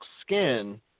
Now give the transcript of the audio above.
skin